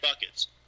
buckets